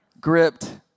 Gripped